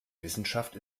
wissenschaft